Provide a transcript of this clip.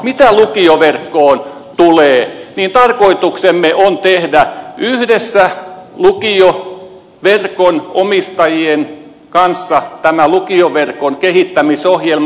mitä lukioverkkoon tulee niin tarkoituksemme on tehdä yhdessä lukioverkon omistajien kanssa tämä lukioverkon kehittämisohjelma